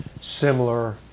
similar